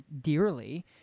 dearly